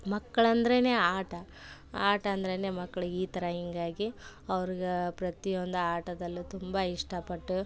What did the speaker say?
ಮಕ್ಳು ಅಂದ್ರೆ ಆಟ ಆಟ ಅಂದ್ರೆ ಮಕ್ಳು ಈ ಥರ ಹೀಗಾಗಿ ಅವ್ರ್ಗೆ ಪ್ರತಿಯೊಂದು ಆಟದಲ್ಲೂ ತುಂಬ ಇಷ್ಟಪಟ್ಟು